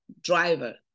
driver